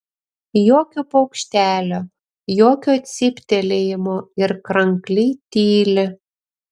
jokio paukštelio jokio cyptelėjimo ir krankliai tyli